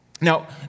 Now